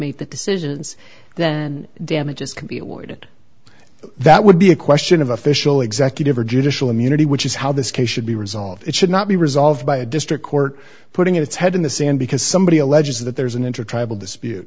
made the decisions then damages can be avoided that would be a question of official executive or judicial immunity which is how this case should be resolved it should not be resolved by a district court putting its head in the sand because somebody alleges that there's an interchangeable dispute